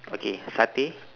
okay satay